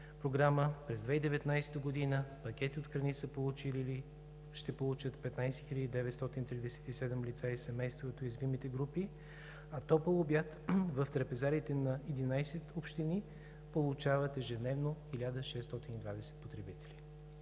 през 2019 г. пакети от храни ще получат 15 937 лица и семейства от уязвимите групи, а топъл обяд в трапезариите на 11 общини получават ежедневно 1620 потребители.